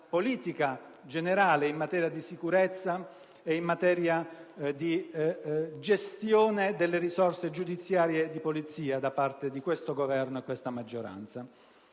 politica generale in materia di sicurezza e di gestione delle risorse giudiziarie di polizia da parte del Governo e della maggioranza.